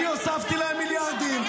אני הוספתי להם מיליארדים.